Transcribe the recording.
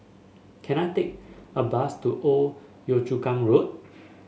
can I take a bus to Old Yio Chu Kang Road